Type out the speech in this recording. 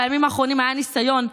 בימים האחרונים היה ניסיון,